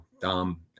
Dom